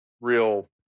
real